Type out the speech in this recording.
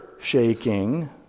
shaking